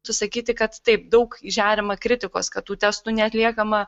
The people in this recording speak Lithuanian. susakyti kad taip daug žeriama kritikos kad tų testų neatliekama